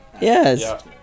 Yes